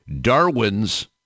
Darwin's